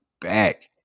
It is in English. back